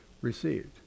received